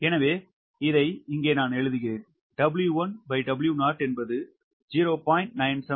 எனவே இதை இங்கே எழுதுகிறேன் 𝑊1W0 என்பது 0